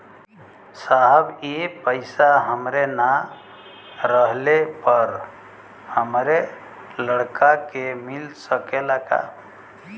साहब ए पैसा हमरे ना रहले पर हमरे लड़का के मिल सकेला का?